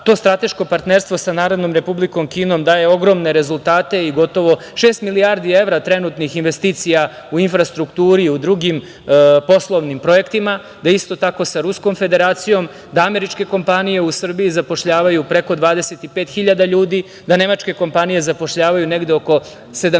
to strateško partnerstvo sa Narodnom Republikom Kinom, daje ogromne rezultate i gotovo šest milijardi evra trenutnih investicija u infrastrukturi i u drugim poslovnim projektima, da isto tako sa Ruskom Federacijom, da američke kompanije u Srbiji zapošljavaju preko 25 hiljada ljudi, da nemačke kompanije zapošljavaju negde oko 70 hiljada